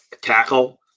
tackle